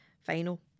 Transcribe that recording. final